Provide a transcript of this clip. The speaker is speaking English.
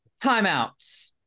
timeouts